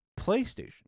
PlayStation